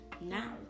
Now